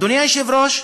אדוני היושב-ראש,